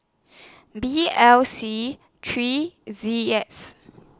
B L C three Z X